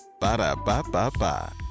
ba-da-ba-ba-ba